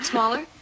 Smaller